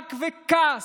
מרחק וכעס.